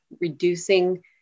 reducing